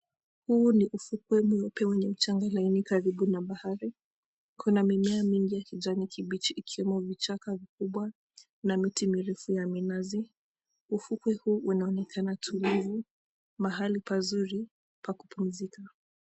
Huu ni ufukwe mweupe wenye mchanga laini karibu na bahari kuna mimea mingi ya kijani kibichi ikiwemo vichaka vikubwa na miti mirefu ya minazi, ufukwe huu unaonekana tulivu mahali pazuri pa kupumzika.